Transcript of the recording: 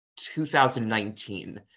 2019